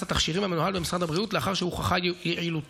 התכשירים המנוהל במשרד הבריאות לאחר שהוכחו יעילותם,